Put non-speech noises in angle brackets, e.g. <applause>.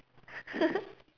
<laughs>